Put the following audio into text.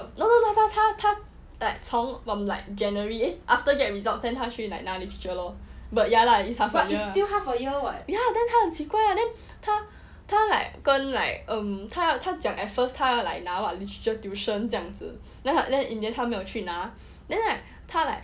no no no 他他 like 从 from like january after get results then 他去 like 拿 literature lor but ya lah it's is still half a year ya then 他很奇怪 then 他他 like 跟 like um 他讲 at first 他 like 拿 literature tuition 这样子 then in the end 他没有去拿 then right 他 like